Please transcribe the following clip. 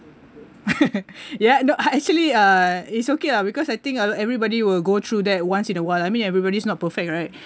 ya no actually uh it's okay ah because I think everybody will go through that once in a while I mean everybody's not perfect right